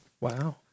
Wow